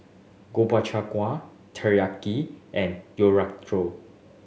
Gobchang Gui Teriyaki and